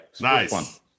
Nice